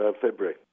February